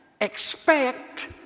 Expect